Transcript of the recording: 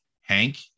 Hank